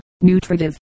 nutritive